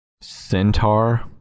Centaur